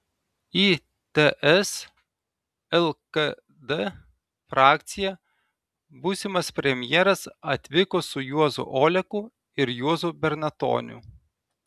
į ts lkd frakciją būsimas premjeras atvyko su juozu oleku ir juozu bernatoniu